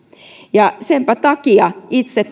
ja senpä takia itse